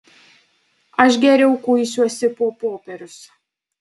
aš geriau kuisiuosi po popierius